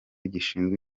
gishinzwe